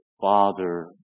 Father